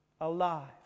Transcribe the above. alive